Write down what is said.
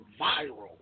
viral